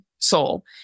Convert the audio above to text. soul